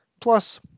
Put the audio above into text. Plus